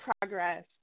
progress